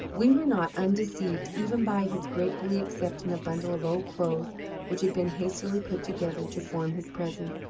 we were not undeceived even by his gratefully accepting a bundle of old clothes which had been hastily put together to form his present.